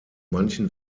manchen